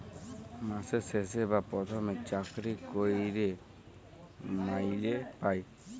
মাসের শেষে বা পথমে চাকরি ক্যইরে মাইলে পায়